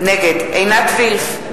נגד עינת וילף,